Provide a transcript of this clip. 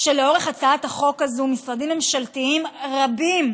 במהלך הכנת הצעת החוק הזאת משרדים ממשלתיים רבים,